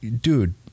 dude